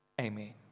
Amen